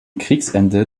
kriegsende